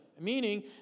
meaning